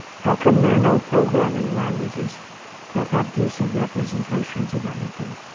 how come there are no programming languages that have decent representations of anything?